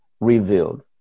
revealed